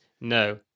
No